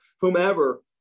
whomever